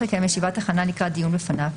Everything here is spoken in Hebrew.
לקיים ישיבת הכנה לקראת דיון בפניו,